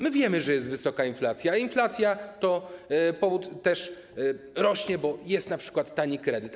My wiemy, że jest wysoka inflacja, inflacja też rośnie, bo jest np. tani kredyt.